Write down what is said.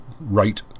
right